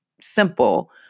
simple